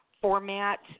format